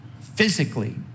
physically